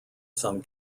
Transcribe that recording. some